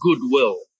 goodwill